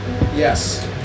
Yes